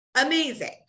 amazing